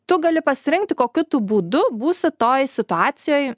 tu gali pasirinkti kokiu būdu būsi toj situacijoj